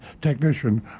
technician